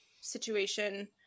situation